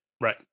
right